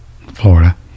Florida